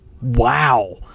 Wow